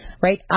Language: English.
right